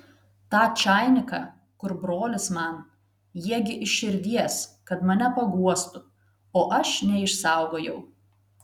tą čainiką kur brolis man jie gi iš širdies kad mane paguostų o aš neišsaugojau